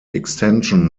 extension